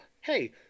hey